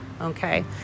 Okay